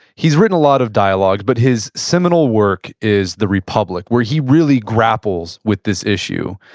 he's written a lot of dialogue, but his seminal work is the republic, where he really grapples with this issue.